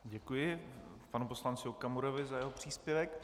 Děkuji panu poslanci Okamurovi za jeho příspěvek.